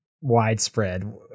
widespread